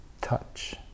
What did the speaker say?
Touch